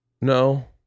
no